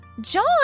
John